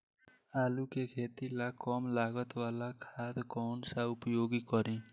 आलू के खेती ला कम लागत वाला खाद कौन सा उपयोग करी?